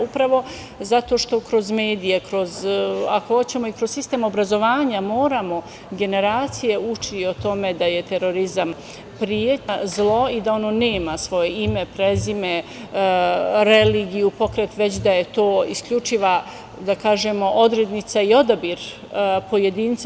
Upravo zato što kroz medije, ako hoćemo i kroz sistem obrazovanja moramo generacije učiti o tome da je terorizam pretnja, zlo i da nema svoje ime, prezime, religiju, pokret, već da je to isključiva odrednica i odabir pojedinca.